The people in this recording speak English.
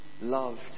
loved